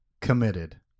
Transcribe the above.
committed